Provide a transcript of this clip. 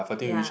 ya